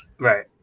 Right